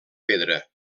pedra